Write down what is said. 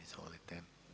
Izvolite.